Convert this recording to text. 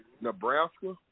Nebraska